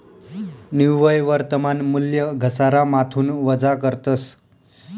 निव्वय वर्तमान मूल्य घसारामाथून वजा करतस